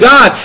God